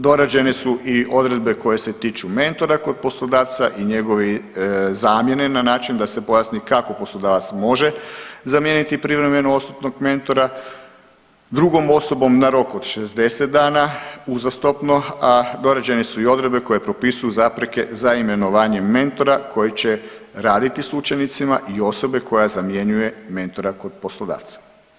Dorađene su i odredbe koje se tiču mentora kod poslodavca i njegove zamjene na način da se pojasni kako poslodavac može zamijeniti privremeno odsutnog mentora s drugom osobom na rok od 60 dana uzastopno, a dorađene su i odredbe koje propisuju zapreke za imenovanjem mentora koji će raditi sa učenicima i osobe koja zamjenjuje mentora kod poslodavca.